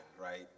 right